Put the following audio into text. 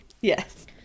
Yes